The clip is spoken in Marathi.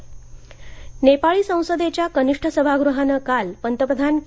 नेपाळ नेपाळी संसदेच्या कनिष्ठ सभागृहानं काल पंतप्रधान के